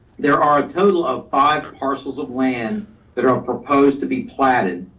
there are total of five parcels of land that are proposed to be planted,